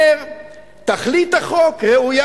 תכלית החוק ראויה